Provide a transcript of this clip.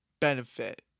Benefit